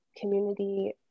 community